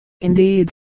Indeed